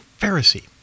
Pharisee